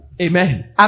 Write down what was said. Amen